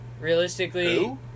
Realistically